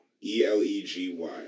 E-L-E-G-Y